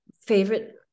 favorite